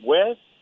West